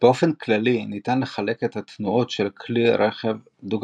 באופן כללי ניתן לחלק את התנועות של כלי רכב דו